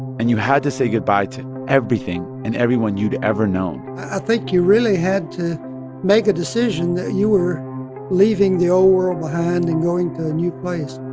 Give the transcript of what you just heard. and you had to say goodbye to everything and everyone you'd ever known i think you really had to make a decision that you were leaving the old world behind and going to a new place,